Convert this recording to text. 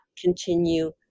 continue